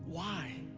why?